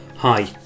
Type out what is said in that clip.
Hi